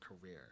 career